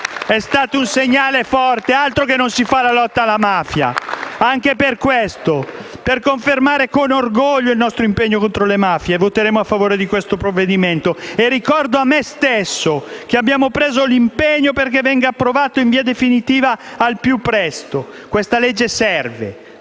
è stato un segnale forte. Altro che non si fa la lotta alla mafia. *(Applausi dal Gruppo PD)*. Anche per questo, per confermare con orgoglio il nostro impegno contro le mafie, voteremo a favore del provvedimento in esame e ricordo a me stesso che abbiamo preso l'impegno perché venga approvato in via definitiva al più presto. Questa legge serve,